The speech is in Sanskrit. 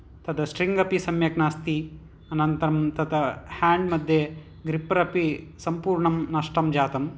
तद् स्ट्रिङ्ग् अपि सम्यक् नास्ति अनन्तरं तत् हेण्ड् मध्ये ग्रिप्परपि सम्पूर्णं नष्टं जातं